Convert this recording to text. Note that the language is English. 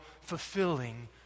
fulfilling